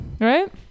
right